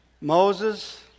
Moses